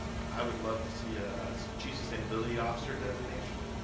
i would love to see a chief sustainability officer designation.